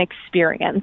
experience